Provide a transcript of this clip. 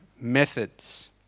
methods